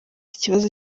ikibazo